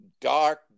dark